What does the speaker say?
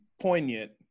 poignant